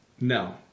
No